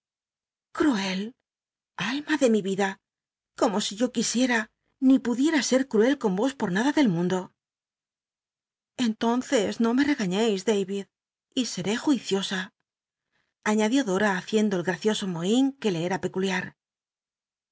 alma de mi vida corno si yo quisieta ni pudicra ser cruel con vos por nada del mundo entonces no me regañeis david y seré juiciosa aiíadió dora haciendo el gracioso mohin uc le ca peculiar